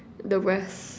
the rest